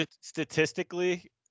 statistically